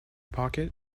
pocket